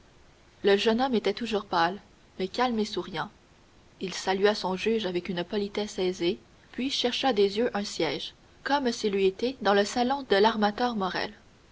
le jeune homme était toujours pâle mais calme et souriant il salua son juge avec une politesse aisée puis chercha des yeux un siège comme s'il eût été dans le salon de l'armateur morrel